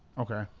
okay.